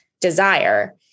desire